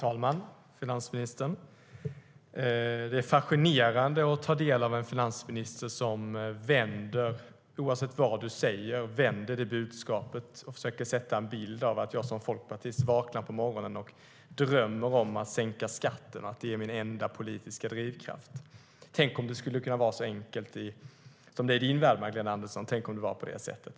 STYLEREF Kantrubrik \* MERGEFORMAT Svar på interpellationerFru talman! Det är fascinerande att finansministern oavsett vad jag säger försöker vända på det och ge bilden av att jag som folkpartist vaknar på morgonen och drömmer om att sänka skatten och att det är min enda politiska drivkraft. Tänk om det skulle vara så enkelt som det är i din värld, Magdalena Andersson!